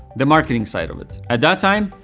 the marketing side of it. at that time,